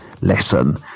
lesson